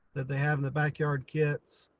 that they have in the backyard kits.